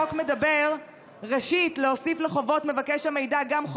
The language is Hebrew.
ראשית החוק מדבר על להוסיף לחובות מבקש המידע גם את